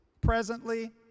presently